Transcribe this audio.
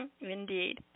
Indeed